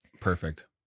Perfect